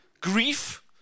Grief